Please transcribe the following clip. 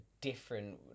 different